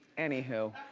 anyhoo.